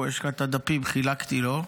יש לך את הדפים, חילקתי לו.